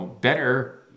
better